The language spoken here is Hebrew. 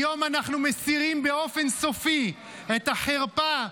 היום אנחנו מסירים באופן סופי את החרפה,